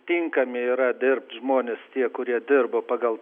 tinkami yra dirbt žmonės tie kurie dirbo pagal